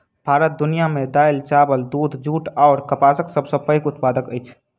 भारत दुनिया मे दालि, चाबल, दूध, जूट अऔर कपासक सबसे पैघ उत्पादक अछि